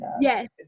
yes